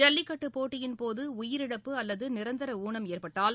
ஜல்லிக்கட்டு போட்டியின் போது உயிரிழப்பு அல்லது நிரந்தர ஊனம் ஏற்பட்டால்